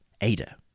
Ada